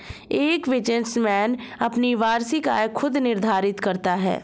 एक बिजनेसमैन अपनी वार्षिक आय खुद निर्धारित करता है